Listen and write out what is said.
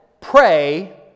pray